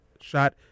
shot